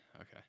okay